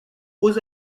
aux